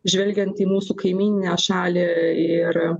žvelgiant į mūsų kaimyninę šalį ir